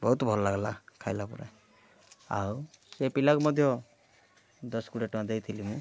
ବହୁତ ଭଲ ଲାଗିଲା ଖାଇଲା ପରେ ଆଉ ସେ ପିଲାକୁ ମଧ୍ୟ ଦଶ କୋଡ଼ିଏ ଟଙ୍କା ଦେଇଥିଲି ମୁଁ